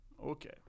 okay